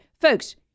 Folks